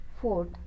fourth